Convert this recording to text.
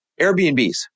Airbnbs